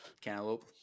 Cantaloupe